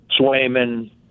Swayman